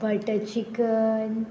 butter chicken butter chicken